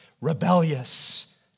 rebellious